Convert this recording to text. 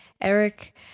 Eric